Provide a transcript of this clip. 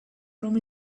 from